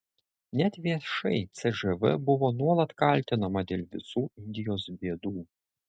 net viešai cžv buvo nuolat kaltinama dėl visų indijos bėdų